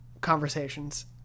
conversations